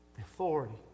authority